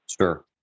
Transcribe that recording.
Sure